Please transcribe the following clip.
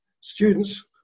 students